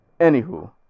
Anywho